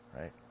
right